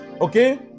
Okay